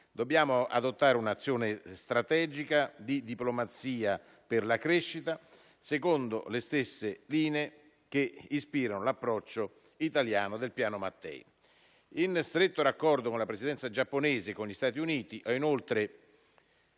Dobbiamo adottare un'azione strategica di diplomazia per la crescita secondo le stesse linee che ispirano l'approccio italiano del piano Mattei. In stretto rapporto con la Presidenza giapponese e con gli Stati Uniti ho inoltre